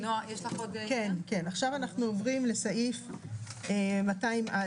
עכשיו אנחנו עוברים לסעיף 200(א),